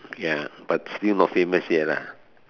ya but still not famous yet lah